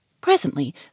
Presently